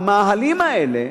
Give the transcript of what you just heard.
המאהלים האלה,